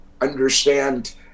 understand